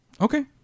Okay